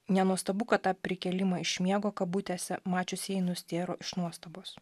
nenuostabu kad tą prikėlimą iš miego kabutėse mačiusieji nustėro iš nuostabos